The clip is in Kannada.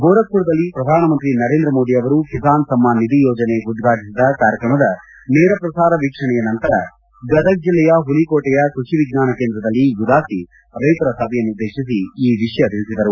ಗೋರಖ್ಮರದಲ್ಲಿ ಪ್ರಧಾನಮಂತ್ರಿ ನರೇಂದ್ರ ಮೋದಿ ಅವರು ಕಿಸಾನ್ ಸಮ್ಮಾನ್ ನಿಧಿ ಯೋಜನೆ ಉದ್ಘಾಟಿಸಿದ ಕಾರ್ಯಕ್ರಮದ ನೇರ ಪ್ರಸಾರ ವೀಕ್ಷಣೆಯ ನಂತರ ಗದಗ ಜಿಲ್ಲೆಯ ಪುಲಿಕೋಟೆಯ ಕ್ರಷಿ ವಿಜ್ಞಾನ ಕೇಂದ್ರದಲ್ಲಿ ಉದಾಸಿ ರೈತರ ಸಭೆಯನ್ನು ಉದ್ದೇಶಿಸಿ ಈ ವಿಷಯ ತಿಳಿಸಿದರು